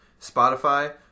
Spotify